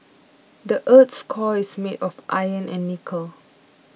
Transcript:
the earth's core is made of iron and nickel